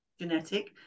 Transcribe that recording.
genetic